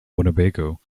winnebago